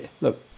look